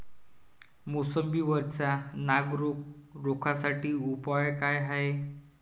मोसंबी वरचा नाग रोग रोखा साठी उपाव का हाये?